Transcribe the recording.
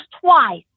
twice